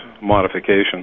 modification